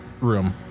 room